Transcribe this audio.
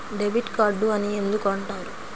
Debit card అని ఎందుకు అంటారు?